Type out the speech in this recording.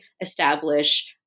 establish